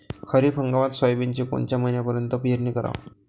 खरीप हंगामात सोयाबीनची कोनच्या महिन्यापर्यंत पेरनी कराव?